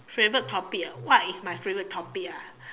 favorite topic ah what is my favorite topic ah